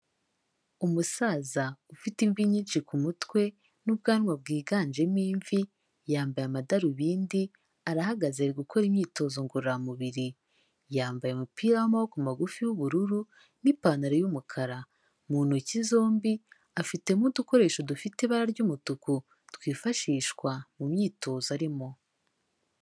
Umusaza ufite imvi nyinshi ku mutwe, n'ubwanwa bwiganjemo imvi, yambaye amadarubindi, arahagaze ari gukora imyitozo ngororamubiri, yambaye umupira w'amaboko magufi w'bururu, n'ipantaro y'umukara, mu ntoki zombi afitemo udukoresho dufite ibara ry'umutuku twifashishwa mu myitozo arimo.